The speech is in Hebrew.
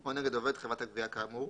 או נגד עובד חברת הגבייה כאמור,